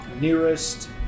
nearest